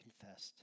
confessed